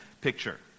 picture